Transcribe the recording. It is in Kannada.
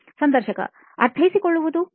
ಸಂದರ್ಶಕ ಅರ್ಥೈಸಿಕೊಳ್ಳುವುದು